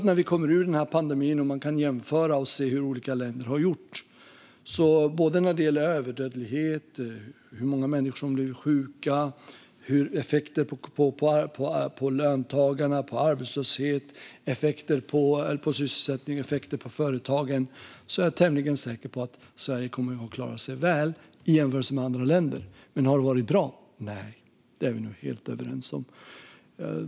När vi kommer ur pandemin och kan jämföra och se hur olika länder har gjort kommer vi att se att när det gäller överdödlighet, hur många människor som blev sjuka, effekter på löntagare och arbetslöshet samt effekter på sysselsättning och företag har Sverige klarat sig väl. Men har det varit bra? Nej, det är vi nog helt överens om.